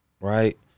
right